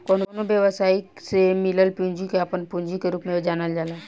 कवनो व्यवसायी के से मिलल पूंजी के आपन पूंजी के रूप में जानल जाला